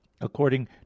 according